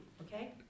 okay